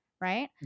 right